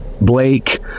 Blake